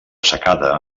secada